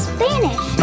Spanish